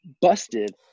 busted